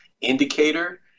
indicator